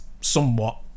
somewhat